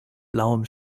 blauem